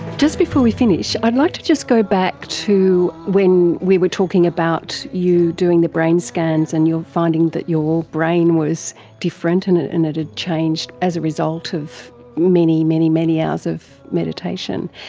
just before we finish, i'd like to just go back to when we were talking about you doing the brain scans and finding that your brain was different and it and it had changed as a result of many, many many hours of meditation.